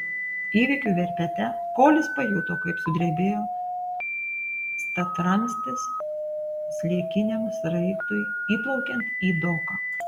įvykių verpete kolis pajuto kaip sudrebėjo statramstis sliekiniam sraigtui įplaukiant į doką